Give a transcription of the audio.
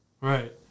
Right